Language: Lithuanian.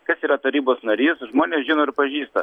kas yra tarybos narys žmonės žino ir pažįsta